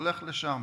הולכת לשם.